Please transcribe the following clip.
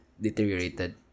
deteriorated